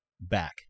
back